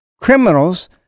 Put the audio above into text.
criminals